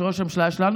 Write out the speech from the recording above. שראש הממשלה היה שלנו,